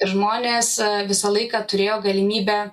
ir žmonės visą laiką turėjo galimybę